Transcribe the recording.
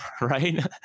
Right